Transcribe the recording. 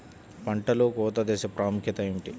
పంటలో కోత దశ ప్రాముఖ్యత ఏమిటి?